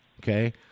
okay